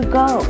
go